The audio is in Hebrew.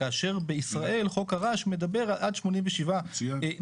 כאשר בישראל חוק הרעש מדבר על עד 87 דציבלים,